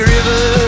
River